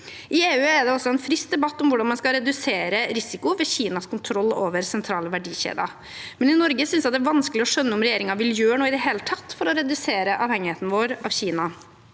I EU er det også en frisk debatt om hvordan man skal redusere risiko ved Kinas kontroll over sentrale verdikjeder, men i Norge synes jeg det er vanskelig å skjønne om regjeringen vil gjøre noe i det hele tatt for å redusere avhengigheten vår av Kina.